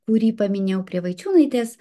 kurį paminėjau prie vaičiūnaitės